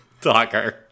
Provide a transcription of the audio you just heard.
talker